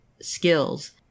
skills